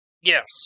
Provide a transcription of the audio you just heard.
Yes